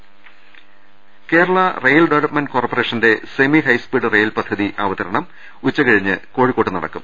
ദർവ്വെട്ടറ Kerala rail development കോർപ്പറേഷന്റെ semi high speed rail പദ്ധതി അവതരണം ഉച്ചകഴിഞ്ഞ് കോഴിക്കോട്ട് നടക്കും